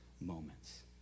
moments